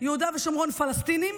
יהודה ושומרון פלסטינים